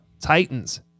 Titans